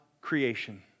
creation